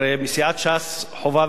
הרי סיעת ש"ס חווה,